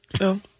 No